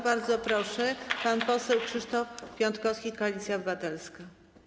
Bardzo proszę, pan poseł Krzysztof Piątkowski, Koalicja Obywatelska.